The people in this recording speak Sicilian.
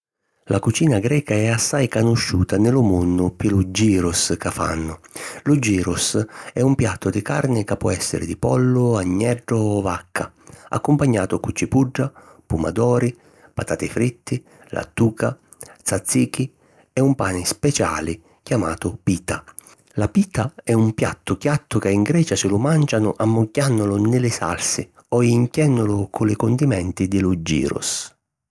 La cucina greca è assai canusciuta nni lu munnu pi lu gyros ca fannu. Lu gyros è un piattu di carni ca po èssiri di pollu, agneddu o vacca, accumpagnatu cu cipudda, pumadori, patati fritti, lattuca, tzatziki e un pani speciali chiamatu pita. La pita è un pani chiattu ca in Grecia si lu màncianu ammugghiànnulu nni li salsi o jinchènnulu cu li cundimenti di lu gyros.